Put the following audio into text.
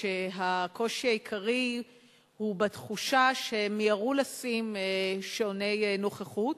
כשהקושי העיקרי הוא בתחושה שמיהרו לשים שעוני נוכחות,